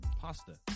Pasta